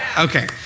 Okay